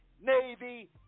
Navy